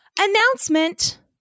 announcement